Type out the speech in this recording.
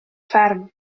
fferm